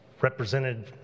represented